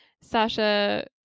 Sasha